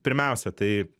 pirmiausia tai